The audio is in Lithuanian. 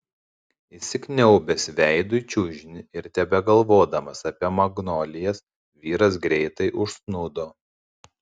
įsikniaubęs veidu į čiužinį ir tebegalvodamas apie magnolijas vyras greitai užsnūdo